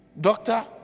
doctor